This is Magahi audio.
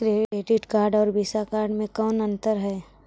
क्रेडिट कार्ड और वीसा कार्ड मे कौन अन्तर है?